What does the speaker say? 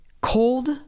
cold